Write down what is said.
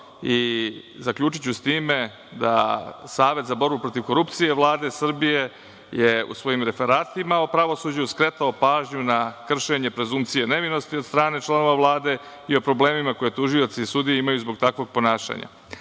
i zaključiću sa time da Savet za borbu protiv korupcije, Vlade Srbije je u svojim referatima o pravosuđu skretao pažnju na kršenje prezumpcije nevinosti od članova Vlade i o problemima koje tužioci i sudije imaju zbog takvog ponašanja. Dakle,